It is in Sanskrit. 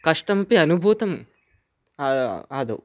कष्टमपि अनुभूतम् आदौ